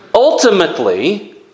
Ultimately